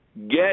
Get